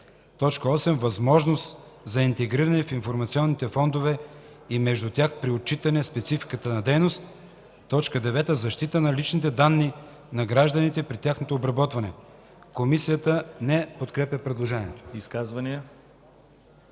8. възможност за интегриране в информационни фондове и между тях при отчитане спецификата на дейност; 9. защита на личните данни на гражданите при тяхното обработване.” Комисията не подкрепя предложението.